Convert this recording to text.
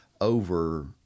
over